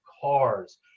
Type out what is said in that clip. cars